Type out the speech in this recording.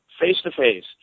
face-to-face